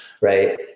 right